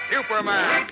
Superman